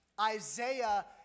Isaiah